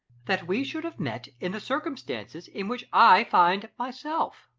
that we should have met in the circumstances in which i find myself.